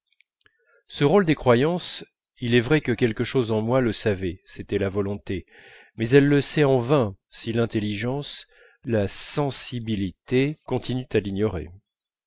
ce rôle des croyances il est vrai que quelque chose en moi le savait c'était la volonté mais elle le sait en vain si l'intelligence la sensibilité continuent à l'ignorer